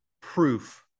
proof